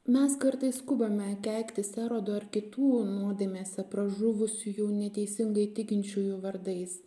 mes kartais skubame keiktis erodo ir kitų nuodėmėse pražuvusiųjų neteisingai tikinčiųjų vardais